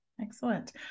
Excellent